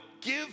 give